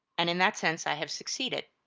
and in that sense i have succeeded.